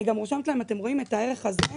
אני גם רושמת להם את הערך הזה.